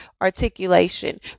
articulation